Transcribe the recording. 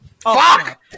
Fuck